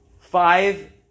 five